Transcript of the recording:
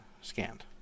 Scanned